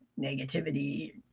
Negativity